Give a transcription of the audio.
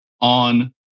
on